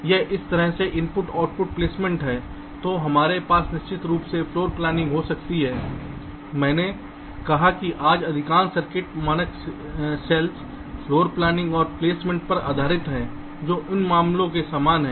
यह इस तरह से I O प्लेसमेंट है तो हमारे पास निश्चित रूप से फ्लोरप्लॉनिंग हो सकती है मैंने कहा कि आज अधिकांश सर्किट मानक सेल्स फ्लोरप्लानिंग और प्लेसमेंट पर आधारित हैं जो उन मामलों में समान हैं